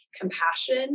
compassion